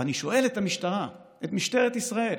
ואני שואל את המשטרה, את משטרת ישראל: